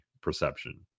perception